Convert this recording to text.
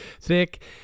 thick